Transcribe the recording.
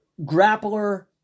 grappler